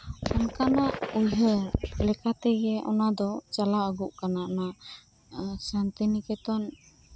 ᱚᱱᱠᱟᱱᱟᱜ ᱩᱭᱦᱟᱹᱨ ᱞᱮᱠᱟᱛᱮᱜᱮ ᱚᱱᱟᱫᱚ ᱪᱟᱞᱟᱣ ᱟᱹᱜᱩᱜ ᱠᱟᱱᱟ ᱚᱱᱟ ᱥᱟᱱᱛᱤᱱᱤᱠᱮᱛᱚᱱ